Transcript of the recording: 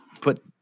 put